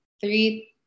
three